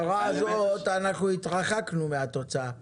ההערה הזאת אנחנו התרחקנו מן התוצאה הזאת.